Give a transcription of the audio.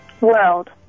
World